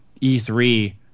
E3